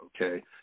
okay